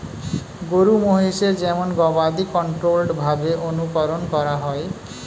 গরু মহিষের যেমন গবাদি কন্ট্রোল্ড ভাবে অনুকরন করা হয়